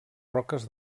roques